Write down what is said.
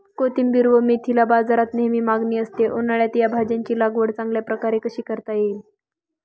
कोथिंबिर व मेथीला बाजारात नेहमी मागणी असते, उन्हाळ्यात या भाज्यांची लागवड चांगल्या प्रकारे कशी करता येईल?